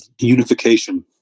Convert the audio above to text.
unification